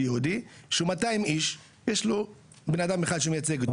ישוב יהודי שהוא מאתיים איש יש לו בן אדם אחד שמייצג אותו.